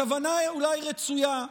הכוונה היא אולי רצויה,